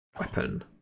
weapon